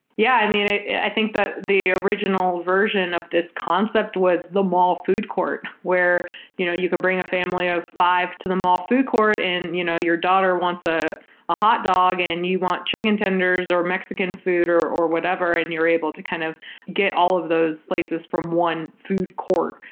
yeah. i mean, i think that the original version of this concept was the mall food court, where you know you could bring a family of five to the mall food court and you know your daughter wants ah a hotdog and you want chicken tenders or mexican food or or whatever and you're able to kind of get all of those places from one food court.